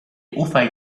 ufaj